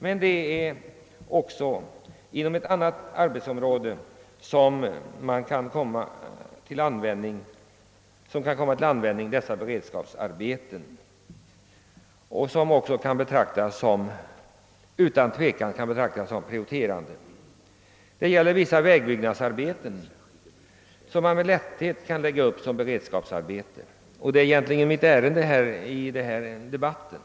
Men också inom ett annat arbetsområde bör beredskapsarbeten sättas in, och detta område bör utan tvivel också betraktas som prioriterande, Det gäller vissa väg byggnadsarbeten, och detta är mitt egentliga ärende i debatten.